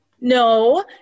No